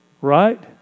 Right